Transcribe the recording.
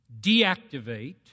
deactivate